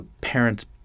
parents